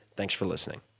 thanks for listening.